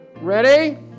Ready